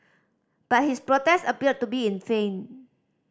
but his protest appeared to be in vain